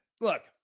look